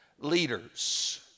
Leaders